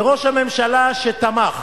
לראש הממשלה שתמך